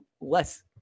less